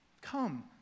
Come